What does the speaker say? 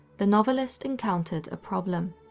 the novelist encountered a problem